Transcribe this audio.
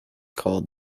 called